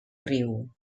riu